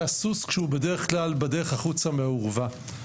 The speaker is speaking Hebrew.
הסוס כשהוא בדרך כלל בדרך החוצה מהאורווה.